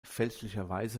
fälschlicherweise